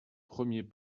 premier